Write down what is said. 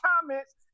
comments